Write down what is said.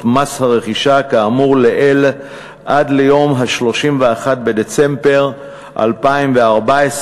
מס הרכישה כאמור לעיל עד ל-31 בדצמבר 2014,